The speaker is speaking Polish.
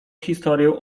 historię